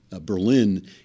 Berlin